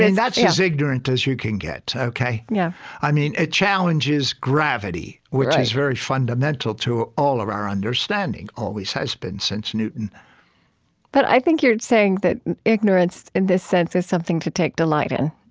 that's as ignorant as you can get. ok? yeah i mean, it challenges gravity, which is very fundamental to all of our understanding, always has been, since newton but i think you're saying that ignorance in this sense is something to take delight in